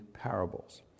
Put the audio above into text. parables